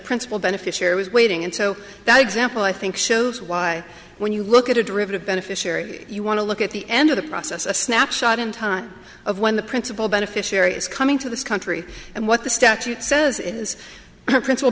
principal beneficiary was waiting and so that example i think shows why when you look at a derivative beneficiary you want to look at the end of the process a snapshot in time of when the principal beneficiary is coming to this country and what the statute says it is her princip